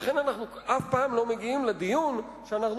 לכן אנחנו אף פעם לא מגיעים לדיון שאנחנו